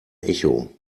echo